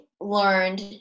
learned